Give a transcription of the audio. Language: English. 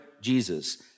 Jesus